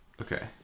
Okay